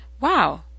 wow